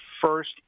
first